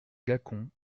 gacon